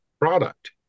product